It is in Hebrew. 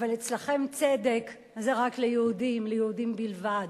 אבל אצלכם צדק זה רק ליהודים, ליהודים בלבד.